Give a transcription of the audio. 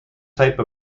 type